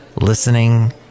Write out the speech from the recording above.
listening